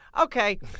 Okay